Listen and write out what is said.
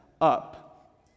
up